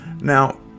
now